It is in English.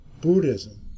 Buddhism